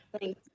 Thank